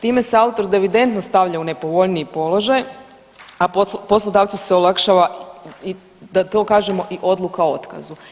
Time se autor devidendtno stavlja u nepovoljniji položaj, a poslodavcu se olakšava da to kažemo i odluka o otkazu.